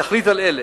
יחליט על אלה: